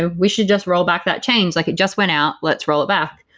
ah we should just roll back that change. like it just went out, let's roll it back.